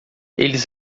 eles